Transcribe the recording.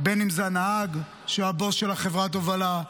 אם זה הנהג של הבוס של חברת ההובלה,